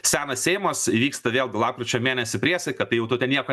senas seimas įvyksta vėlgi lapkričio mėnesį priesaika tai jau tu ten nieko